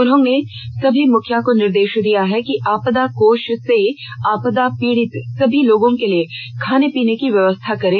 उन्होंने सभी मुखिया को निर्देष दिया है कि आपदा कोष से आपदा पीड़ित सभी लोगों के लिए खाने पीने की व्यवस्था करें